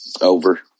Over